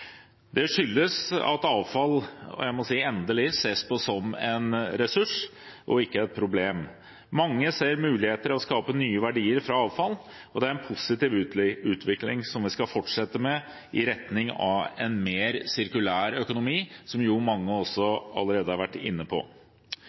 Det skyldes at avfall – jeg må si endelig – ses på som en ressurs og ikke et problem. Mange ser muligheter i å skape nye verdier av avfall, og det er en positiv utvikling vi skal fortsette med i retning av en mer sirkulær økonomi, noe mange allerede har vært inne på. Det som